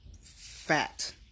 fat